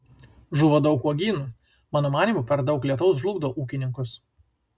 žuvo daug uogynų mano manymu per daug lietaus žlugdo ūkininkus